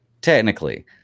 technically